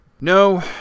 No